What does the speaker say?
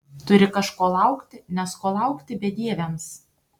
turi kažko laukti nes ko laukti bedieviams